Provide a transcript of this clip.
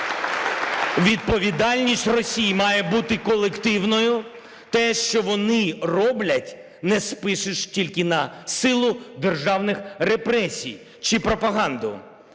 Відповідальність Росії має бути колективною. Те, що вони роблять, не спишеш тільки на силу державних репресій чи пропаганду.